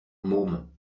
môme